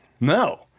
No